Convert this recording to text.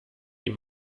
die